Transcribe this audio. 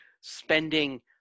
spending